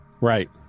Right